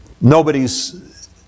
nobody's